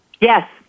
Yes